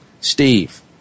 Steve